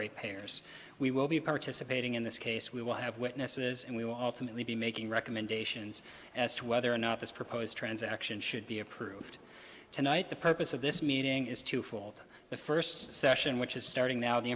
ratepayers we will be participating in this case we will have witnesses and we will ultimately be making recommendations as to whether or not this proposed transaction should be approved tonight the purpose of this meeting is twofold the first session which is starting now the